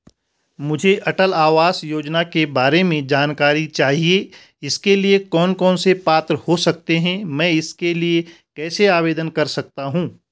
मुझे अटल आवास योजना के बारे में जानकारी चाहिए इसके लिए कौन कौन पात्र हो सकते हैं मैं इसके लिए कैसे आवेदन कर सकता हूँ?